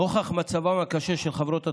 נוכח מצבן הקשה של חברות התעופה,